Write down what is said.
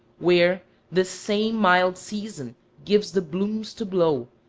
where this same mild season gives the blooms to blow,